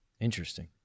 Interesting